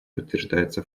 подтверждается